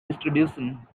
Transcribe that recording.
distribution